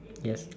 yes